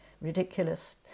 ridiculous